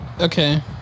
Okay